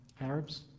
Arabs